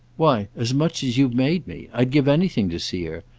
why as much as you've made me. i'd give anything to see her.